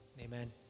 Amen